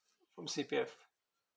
from C_P_F